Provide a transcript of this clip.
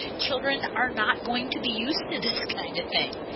children are not going to be used to this kind of thing.